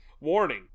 Warning